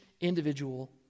individual